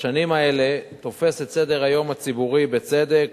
ובשנים האלה תופס את סדר-היום הציבורי בצדק.